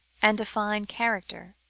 and a fine character.